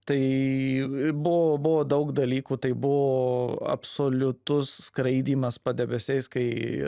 tai buvo buvo daug dalykų tai buvo absoliutus skraidymas padebesiais kai